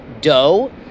dough